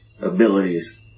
abilities